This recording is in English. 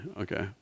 okay